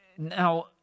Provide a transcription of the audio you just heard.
Now